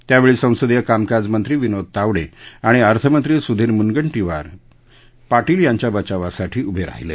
त्यावेळी संसदीय कामकाज मंत्री विनोद तावडे आणि अर्थमंत्री स्धीर म्नगंटीवार पाटील यांच्या बचावासाठी उभे राहिले